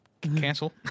Cancel